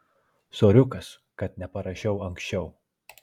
soriukas kad neparašiau anksčiau